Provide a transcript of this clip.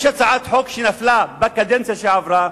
יש הצעת חוק שנפלה בקדנציה שעברה,